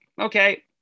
okay